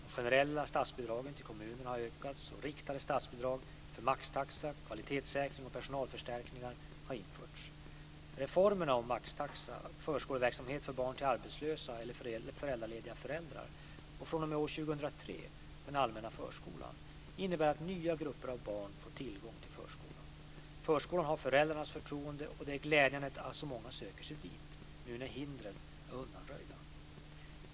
De generella statsbidragen till kommunerna har ökats, och riktade statsbidrag för maxtaxa, kvalitetssäkring och personalförstärkningar har införts. Reformerna om maxtaxa, förskoleverksamhet för barn till arbetslösa eller föräldralediga föräldrar och fr.o.m. år 2003 den allmänna förskolan innebär att nya grupper av barn får tillgång till förskolan. Förskolan har föräldrarnas förtroende, och det är glädjande att så många söker sig dit nu när hindren är undanröjda.